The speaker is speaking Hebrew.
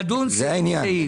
לדון סעיף סעיף,